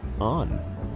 on